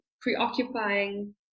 preoccupying